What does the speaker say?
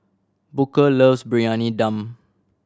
Booker loves Briyani Dum